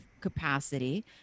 capacity